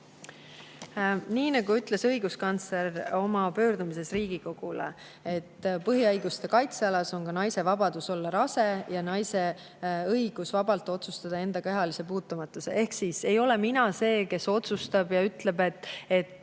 Nii nagu ütles õiguskantsler oma pöördumises Riigikogu poole: põhiõiguste kaitsealas on ka naise vabadus olla rase ja naise õigus vabalt otsustada enda kehalise puutumatuse üle. Ehk siis ei ole mina see, kes otsustab ja ütleb, kes